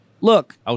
Look